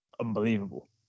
unbelievable